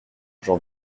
j’en